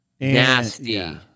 Nasty